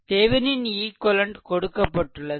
Thevenin equivalent கொடுக்கப்பட்டுள்ளது